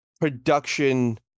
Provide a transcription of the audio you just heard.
production